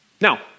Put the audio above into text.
Now